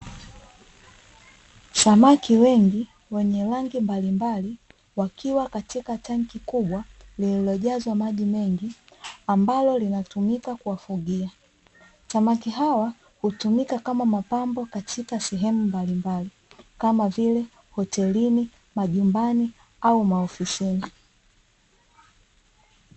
Samaki wengi wenye rangi mbalimbali wakiwa katika tanki kubwa lililojazwa maji mengi, ambalo linatumika kuwafugia. Samaki hawa hutumika kama mapambo katika sehemu mbalimbali, kama vile hotelini, majumbani, au maofisini.